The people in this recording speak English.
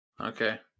okay